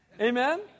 Amen